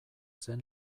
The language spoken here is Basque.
zen